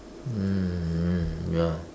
um ya